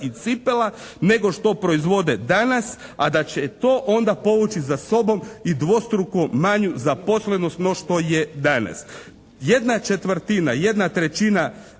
i cipela nego što to proizvode danas, a da će to onda povući za sobom i dvostruko manju zaposlenost no što je danas. 1/4, 1/3 povrata